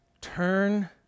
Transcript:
turn